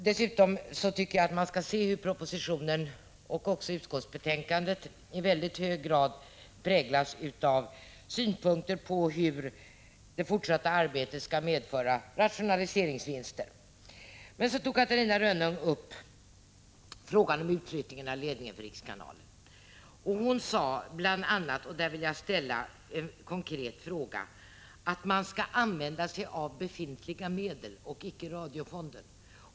Dessutom tycker jag att man skall se hur propositionen och utskottsbetänkandet i väldigt hög grad präglas av synpunkter på hur det fortsatta arbetet skall medföra rationaliseringsvinster. Sedan tog Catarina Rönnung upp frågan om utflyttningen av ledningen för rikskanaler. Hon sade bl.a. att man skall använda sig av befintliga medel och icke av radiofonden.